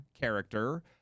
character